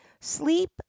sleep